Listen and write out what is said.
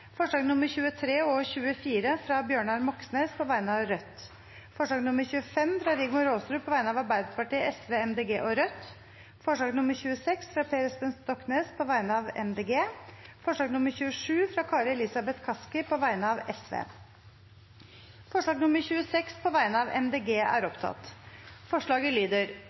forslag nr. 25, fra Rigmor Aasrud på vegne av Arbeiderpartiet, Sosialistisk Venstreparti, Miljøpartiet De Grønne og Rødt forslag nr. 26, fra Per Espen Stoknes på vegne av Miljøpartiet De Grønne forslag nr. 27, fra Kari Elisabeth Kaski på vegne av Sosialistisk Venstreparti Det voteres over forslag nr. 26, fra Miljøpartiet De Grønne. Forslaget lyder: